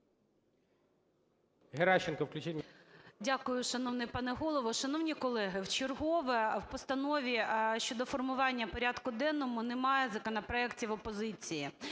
Дякую, шановний пане Голово. Шановні колеги, вчергове в постанові щодо формування порядку денного немає законопроектів опозиції,